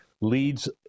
leads